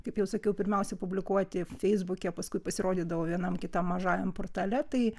kaip jau sakiau pirmiausia publikuoti feisbuke paskui pasirodydavo vienam kitą mažajam portale tai